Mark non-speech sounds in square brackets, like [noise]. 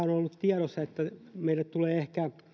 [unintelligible] on ollut tiedossa että meille tulee ehkä